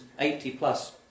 80-plus